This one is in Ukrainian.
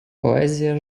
поезія